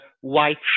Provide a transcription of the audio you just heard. white